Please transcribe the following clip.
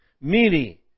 Meaning